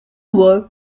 were